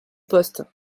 poste